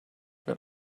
wird